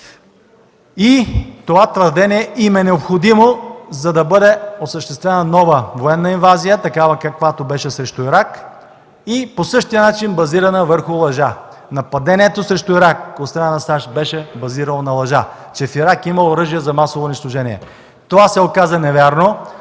Това твърдение им е необходимо, за да бъде осъществена нова военна инвазия, такава каквато беше срещу Ирак, и по същия начин базирана върху лъжа. Нападението срещу Ирак от страна на САЩ беше базирано на лъжа, че в Ирак има оръжия за масово унищожение. Това се оказа невярно.